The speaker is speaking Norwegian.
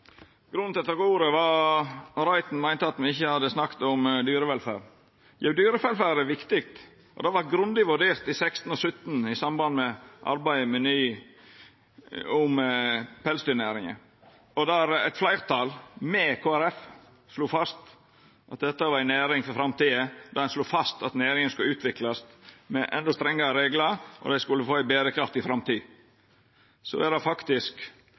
Grunnen til at eg tek ordet, er at representanten Reiten meinte me ikkje hadde snakka om dyrevelferd. Jau, dyrevelferd er viktig, og det vart grundig vurdert i 2016 og 2017 i samband med arbeidet om pelsdyrnæringa, der eit fleirtal, med Kristeleg Folkeparti, slo fast at dette var ei næring for framtida. Der slo ein fast at næringa skulle utviklast med endå strengare reglar, og dei skulle få ei berekraftig framtid. Det er det faktisk